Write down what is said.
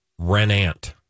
Renant